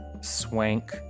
Swank